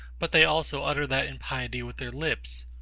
but they also utter that impiety with their lips,